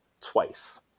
twice